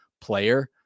player